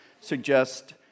suggest